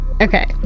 Okay